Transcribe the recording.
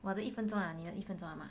我的一分钟了你的一分钟吗